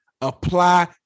Apply